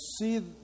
see